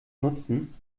nutzen